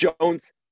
Jones